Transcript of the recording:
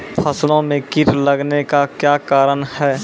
फसलो मे कीट लगने का क्या कारण है?